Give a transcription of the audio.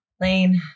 Lane